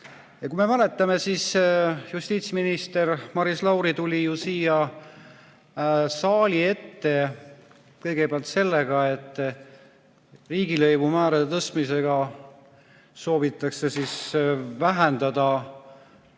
Kui me mäletame, siis justiitsminister Maris Lauri tuli siia saali ette kõigepealt sellega, et riigilõivumäärade tõstmisega soovitakse vähendada